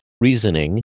reasoning